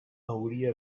hauria